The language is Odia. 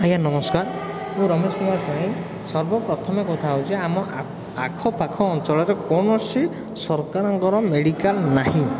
ଆଜ୍ଞା ନମସ୍କାର ମୁଁ ରମେଶ କୁମାର ସ୍ୱାଇଁ ସର୍ବପ୍ରଥମେ କଥା ହେଉଛି ଆମ ଆଖପାଖ ଅଞ୍ଚଳରେ କୌଣସି ସରକାରଙ୍କର ମେଡ଼ିକାଲ ନାହିଁ